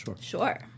Sure